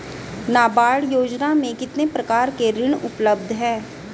नाबार्ड योजना में कितने प्रकार के ऋण उपलब्ध हैं?